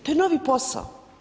To je novi posao.